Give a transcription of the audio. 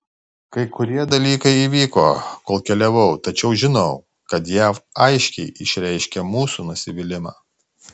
kai kurie dalykai įvyko kol keliavau tačiau žinau kad jav aiškiai išreiškė mūsų nusivylimą